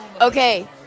Okay